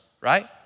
right